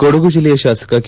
ಕೊಡಗು ಜಿಲ್ಲೆಯ ಶಾಸಕ ಕೆ